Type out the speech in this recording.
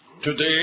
Today